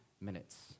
minutes